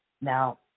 Now